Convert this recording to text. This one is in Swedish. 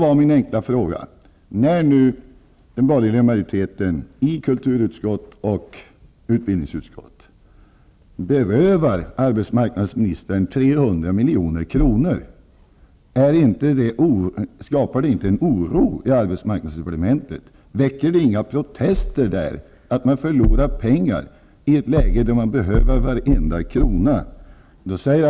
Skapar det inte en oro i arbetsmarknadsdepartementet när den borgerliga majoriteten i kultur och utbildningsutskotten be rövar arbetsmarknadsministern 300 milj.kr.? Väcker det inga protester i departementet när man förlorar pengar i ett läge där varenda krona be hövs?